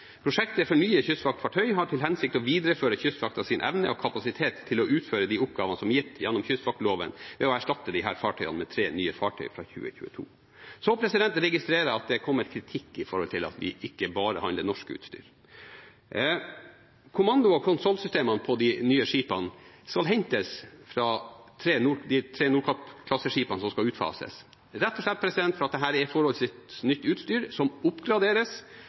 Prosjektet for nye kystvaktfartøy har til hensikt å videreføre Kystvaktens evne og kapasitet til å utføre de oppgavene som er gitt gjennom kystvaktloven, ved å erstatte disse fartøyene med tre nye fartøy fra 2022. Jeg registrerer at det er kommet kritikk fordi vi ikke bare handler norsk utstyr. Kommando- og kontrollsystemene på de nye skipene skal hentes fra de tre Nordkapp-klasseskipene som skal utfases, rett og slett fordi dette er forholdsvis nytt utstyr som oppgraderes,